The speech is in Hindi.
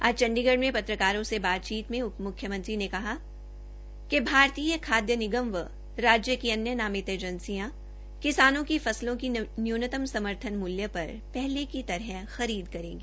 आज चंडीगढ़ में पत्रकारों से बातचीत में उप म्ख्यमंत्री ने कहा कि भारतीय खादय निगम व राज्य की अन्य नामित एजेंसियों किसानों की फसलों की न्यूनतम समर्थन मूल्य पर पहले की तरह खरीद करेगी